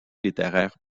littéraire